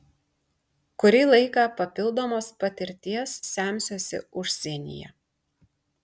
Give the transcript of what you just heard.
kurį laiką papildomos patirties semsiuosi užsienyje